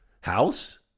house